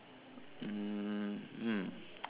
mmhmm